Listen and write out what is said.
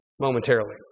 Momentarily